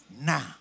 now